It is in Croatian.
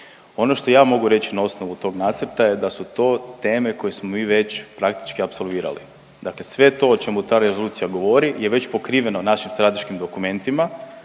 Ono što ja mogu reći na osnovu tog nacrta je da su to teme koje smo mi već praktički apsolvirali, dakle sve to o čemu ta rezolucija govori je već pokriveno našim strateškim dokumentima